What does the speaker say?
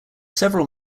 several